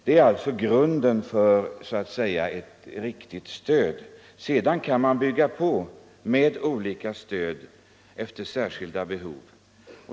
Det är alltså grunden för ett riktigt stöd. Sedan kan man bygga på med olika stödformer efter särskilda behov.